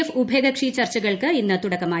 F ഉഭയകക്ഷി ചർച്ചകൾക്ക് ഇന്ന് തുടക്കമായി